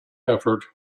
effort